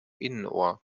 innenohr